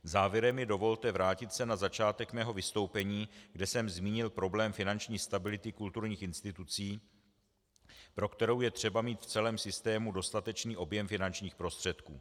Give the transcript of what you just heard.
Závěrem mi dovolte vrátit se na začátek svého vystoupení, kde jsem zmínil problém finanční stability kulturních institucí, pro kterou je třeba mít v celém systému dostatečný objem finančních prostředků.